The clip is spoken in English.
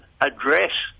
address